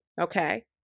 okay